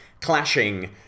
clashing